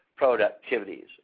productivities